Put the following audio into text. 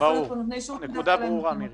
הנקודה ברורה, מירי.